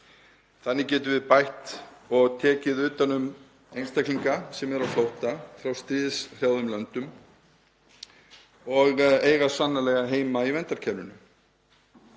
Þannig getum við bætt og tekið utan um einstaklinga sem eru á flótta frá stríðshrjáðum löndum og eiga sannarlega heima í verndarkerfinu.